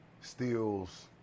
steals